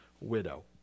widow